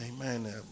amen